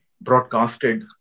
broadcasted